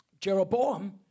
Jeroboam